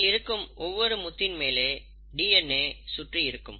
இதில் இருக்கும் ஒவ்வொரு முத்தின் மேலே டிஎன்ஏ சுற்றியிருக்கும்